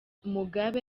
mugabe